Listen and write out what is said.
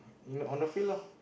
you know on the field lor